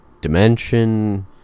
dimension